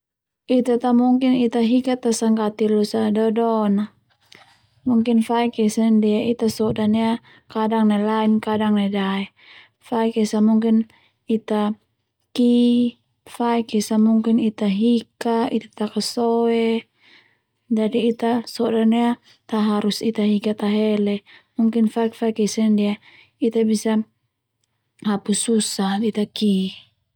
Ita ta mungkin Ita hika tasanggati losa dodona mungkin faik esa nai ndia Ita so'dan ia kadang nai lain kadang nai dae, faik esa Mungkin Ita ki faik esa mungkin Ita hika Ita takasoe jadi Ita sodan ia ta harus Ita hika tahele mungkin faik-faik esa nai ndia Ita bisa hapu susah Ita ki.